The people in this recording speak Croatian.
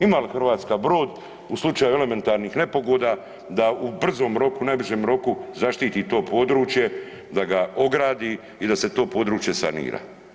Ima li Hrvatska brod u slučaju elementarnih nepogoda, da u brzom roku, najbržem roku zaštiti to područje da ga ogradi i da se to područje sanira.